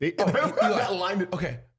Okay